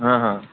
হয় হয়